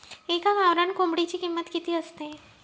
एका गावरान कोंबडीची किंमत किती असते?